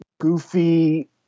goofy